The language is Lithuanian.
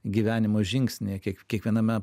gyvenimo žingsnyje kiek kiekviename